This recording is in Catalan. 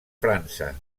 frança